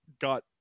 got